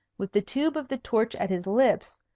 with the tube of the torch at his lips,